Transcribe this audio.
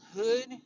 hood